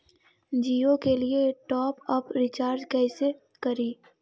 जियो के लिए top up recharge कैसे करी?